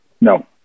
No